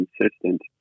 consistent